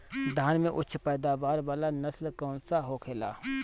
धान में उच्च पैदावार वाला नस्ल कौन सा होखेला?